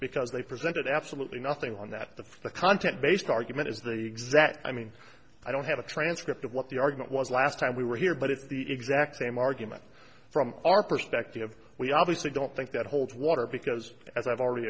because they presented absolutely nothing on that the the content based argument is the exact i mean i don't have a transcript of what the argument was last time we were here but it's the exact same argument from our perspective we obviously don't think that holds water because as i've already